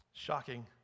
Shocking